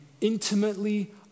intimately